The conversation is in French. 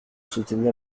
soutenir